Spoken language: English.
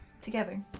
together